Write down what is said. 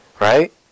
Right